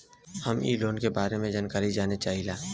हम इ लोन के बारे मे जानकारी जाने चाहीला?